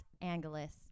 Angeles